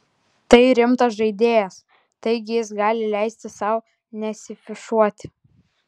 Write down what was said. tai rimtas žaidėjas taigi jis gali leisti sau nesiafišuoti